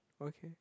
okay